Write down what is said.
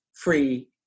free